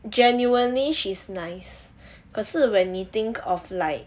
genuinely she's nice 可是 when 你 think of like